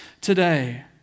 today